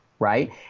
Right